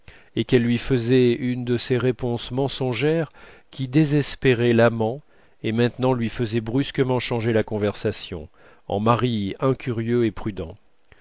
et qu'elle lui faisait une de ces réponses mensongères qui désespéraient l'amant et maintenant lui faisaient brusquement changer la conversation en mari incurieux et prudent